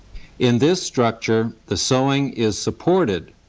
in this structure the sewing is supported.